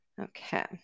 okay